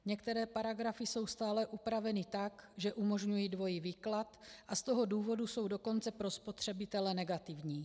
Některé paragrafy jsou stále upraveny tak, že umožňují dvojí výklad, a z toho důvodu jsou dokonce pro spotřebitele negativní.